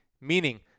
meaning